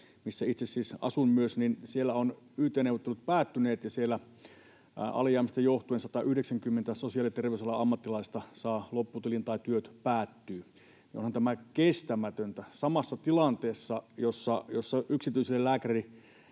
missä itse siis asun myös, ovat yt-neuvottelut päättyneet ja siellä alijäämästä johtuen 190 sosiaali- ja terveysalan ammattilaista saa lopputilin tai työt päättyvät, niin onhan tämä kestämätöntä. Samassa tilanteessa yksityisille